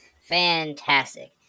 Fantastic